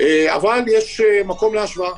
אבל יש מקום להשוואה.